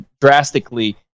drastically